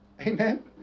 Amen